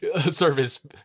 service